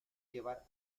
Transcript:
llevar